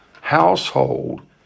household